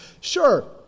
Sure